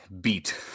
Beat